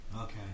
Okay